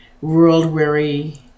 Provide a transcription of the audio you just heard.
world-weary